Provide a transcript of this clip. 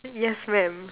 yes madam